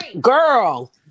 Girl